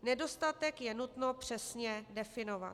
Nedostatek je nutno přesně definovat.